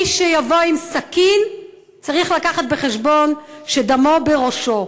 מי שיבוא עם סכין צריך לקחת בחשבון שדמו בראשו,